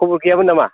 खबर गैयामोन नामा